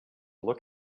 look